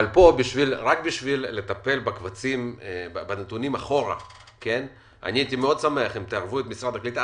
רק בשביל לטפל בנתונים אחורה הייתי שמח אם תערבו את משרד הקליטה.